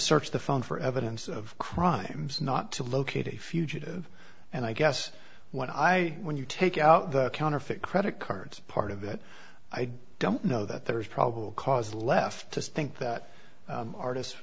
search the phone for evidence of crimes not to locate a fugitive and i guess when i when you take out the counterfeit credit cards part of it i don't know that there's probable cause left to think that artist